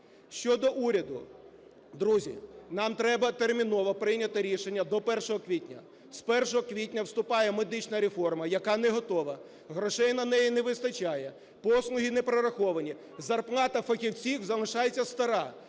Щодо уряду, друзі, нам треба терміново прийняти рішення до 1 квітня. З 1 квітня вступає медична реформа, яка не готова, грошей на неї не вистачає, послуги не прораховані, зарплата фахівців залишається стара.